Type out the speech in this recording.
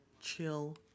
chill